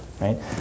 right